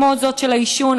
כמו זאת של העישון,